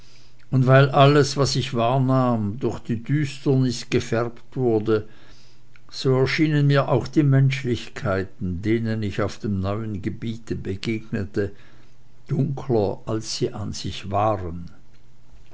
und weil alles was ich wahrnahm durch die düsternis gefärbt wurde so erschienen mir auch die menschlichkeiten denen ich auf dem neuen gebiete begegnete dunkler als sie an sich waren